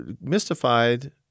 mystified